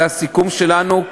זה הסיכום שלנו,